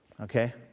okay